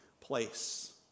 place